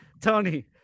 Tony